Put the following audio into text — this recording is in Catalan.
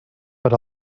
per